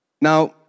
Now